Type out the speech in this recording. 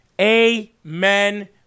Amen